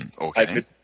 Okay